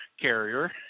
carrier